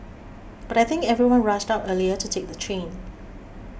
but I think everyone rushed out earlier to take the train